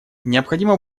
необходимо